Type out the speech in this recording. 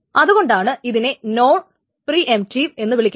അതുകൊണ്ടാണ് ഇതിനെ non preemptive എന്ന് വിളിക്കുന്നത്